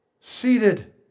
Seated